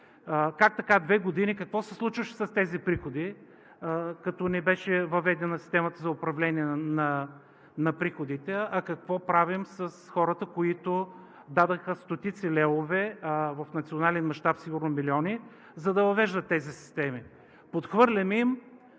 Как така две години? Какво се случваше с тези приходи, като не беше въведена системата за управление на приходите? Какво правим с хората, които дадоха стотици левове, а в национален мащаб сигурно милиони, за да въвеждат тези системи? Подхвърляме им,